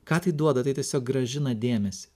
ką tai duoda tai tiesiog grąžina dėmesį